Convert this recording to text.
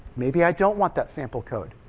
maybe i don't want that sample code,